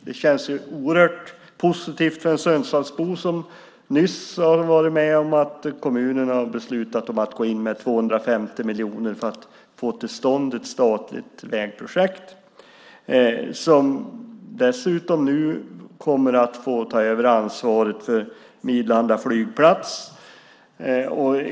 Det känns oerhört positivt för en Sundsvallsbo som nyss har varit med om att kommunen har beslutat att gå in med 250 miljoner för att få till stånd ett statligt vägprojekt och som nu dessutom kommer att få ta över ansvaret för Midlanda flygplats.